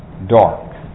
Dark